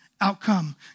outcome